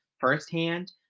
firsthand